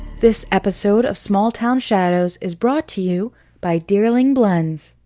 this episode of small town shadows is brought to you by dearling blends.